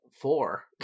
four